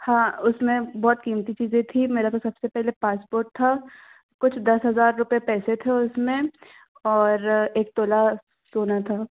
हाँ उसमें बहुत क़ीमती चीज़ें थी मेरा तो सबसे पहले पासपोर्ट था कुछ दस हज़ार रुपये पैसे थे उसमें और एक तोला सोना था